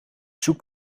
zoek